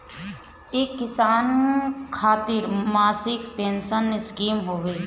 इ किसान खातिर मासिक पेंसन स्कीम हवे